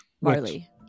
Marley